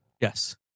Yes